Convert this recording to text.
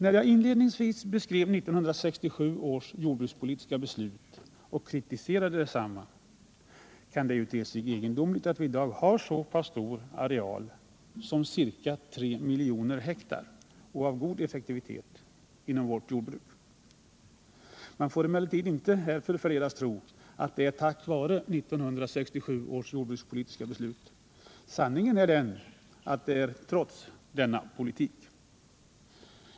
När jag inledningsvis beskrev 1967 års jordbrukspolitiska beslut, och kritiserade detta, kan det ju te sig egendomligt att vi i dag har så pass stor areal som ca tre miljoner hektar med god effektivitet. Härav får man emellertid inte förledas att tro att detta är tack vare 1967 års jordbrukspolitiska beslut. Sanningen är den att det är trots denna politik.